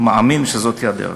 מאמין שזאת הדרך.